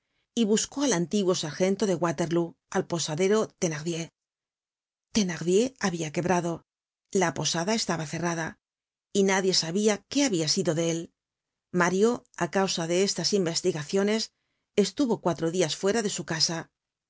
y buscó al antiguo sargento de waterlóo al posadero thenardier thenardier habia quebrado la posada estaba cerrada y nadie sabia qué habia sido de él mario á causa de estas investigaciones estuvo cuatro dias fuera de su casa